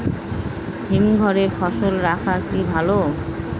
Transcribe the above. হিমঘরে ফসল রাখা কি ভালো?